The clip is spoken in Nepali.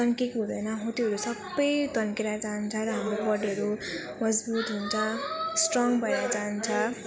तन्केको हुँदैन हो त्योहरू सब तन्केर जान्छ र हाम्रो बडीहरू मजबुत हुन्छ स्ट्रङ भएर जान्छ